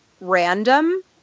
random